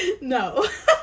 No